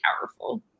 powerful